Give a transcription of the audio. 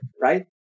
right